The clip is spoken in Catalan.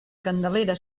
candelera